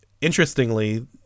interestingly